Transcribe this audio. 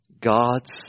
God's